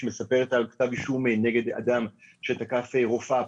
שמספרת על כתב אישום נגד אדם שתקף רופאה.